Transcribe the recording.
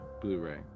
Blu-ray